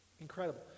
Incredible